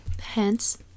Hence